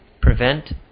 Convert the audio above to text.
prevent